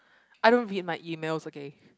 I don't read my emails okay